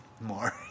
more